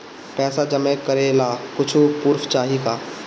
पैसा जमा करे ला कुछु पूर्फ चाहि का?